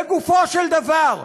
לגופו של דבר,